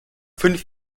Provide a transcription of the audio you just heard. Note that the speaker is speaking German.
fünf